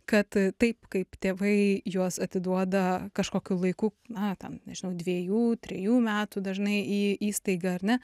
kad taip kaip tėvai juos atiduoda kažkokiu laiku na ten nežinau dviejų trijų metų dažnai į įstaigą ar ne